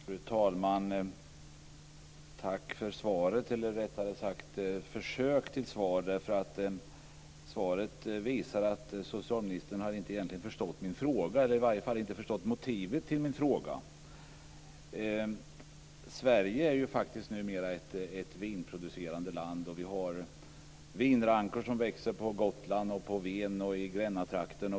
Fru talman! Tack för svaret eller, rättare sagt, försöket till svar. Svaret visar att socialministern inte har förstått min fråga, eller i varje fall inte har förstått motivet till min fråga. Sverige är numera ett vinproducerande land, och det växer vinrankor på Gotland, på Ven och i Grännatrakten.